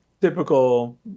typical